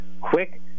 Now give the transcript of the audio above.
quick